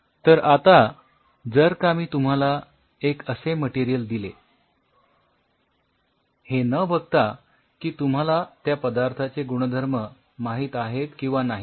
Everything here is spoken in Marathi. तर आता जर का मी तुम्हाला एक असे मटेरियल दिले हे न बघता की तुम्हाला त्या पदार्थाचे गुणधर्म माहित आहेत किंवा नाहीत